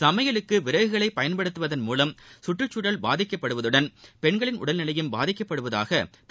சமையலுக்கு விறகுகளைப் பயன்படுத்துவதன் மூவம் சுற்றுச்சூழல் பாதிக்கப்படுதுடன் பெண்களின் உடல்நிலையும் பாதிக்கப்படுவதாக திரு